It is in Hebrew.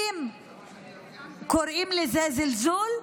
אם קוראים לזה זלזול,